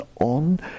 on